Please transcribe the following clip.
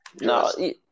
no